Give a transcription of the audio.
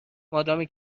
مادامی